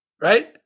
Right